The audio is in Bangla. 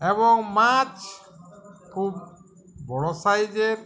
এবং মাছ খুব বড় সাইজের